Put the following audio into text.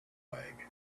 flag